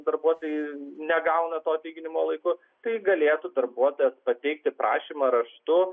darbuotojai negauna to atlyginimo laiku tai galėtų darbuotojas pateikti prašymą raštu